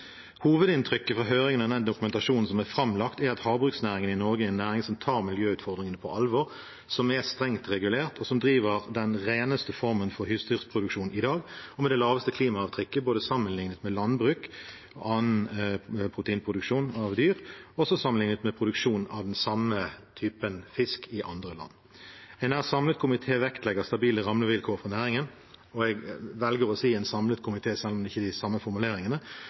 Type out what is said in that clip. Hovedinntrykket fra høringen og den dokumentasjonen som er framlagt, er at havbruksnæringen i Norge er en næring som tar miljøutfordringene på alvor, som er strengt regulert, og som driver den reneste formen for husdyrproduksjon i dag og med det laveste klimaavtrykket – både sammenliknet med landbruk og annen proteinproduksjon av dyr og også sammenliknet med produksjon av samme type fisk i andre land. En nær samlet komité vektlegger stabile rammevilkår for næringen – jeg velger å si en samlet komité, selv om det ikke er med de samme formuleringene